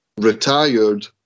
retired